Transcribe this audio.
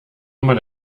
immer